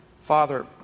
Father